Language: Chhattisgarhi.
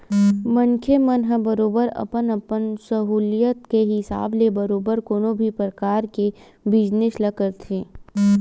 मनखे मन ह बरोबर अपन अपन सहूलियत के हिसाब ले बरोबर कोनो भी परकार के बिजनेस ल करथे